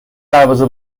دروازه